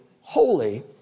holy